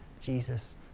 Jesus